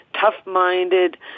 tough-minded